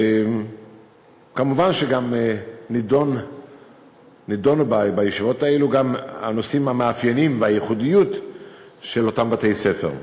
מובן שנדונו בישיבות האלו גם המאפיינים והייחודיות של אותם בתי-ספר.